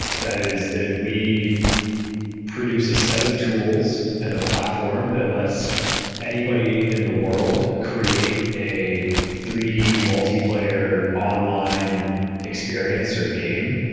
that is that we produce a set of tools and a platform that lets anybody in the world create a three d multiplayer online experience or game,